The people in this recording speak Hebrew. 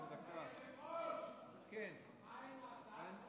אדוני היושב-ראש, מה עם ההצעה של טור פז?